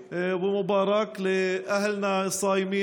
מכובד ומבורך לאנשינו שצמים.